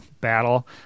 battle